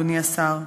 אדוני השר.